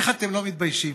איך אתם לא מתביישים